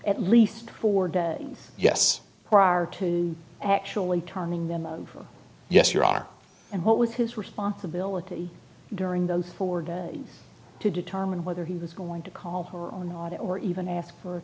at least four day yes prior to actually turning them out yes your honor and what was his responsibility during those four days to determine whether he was going to call her or not or even ask for